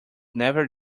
never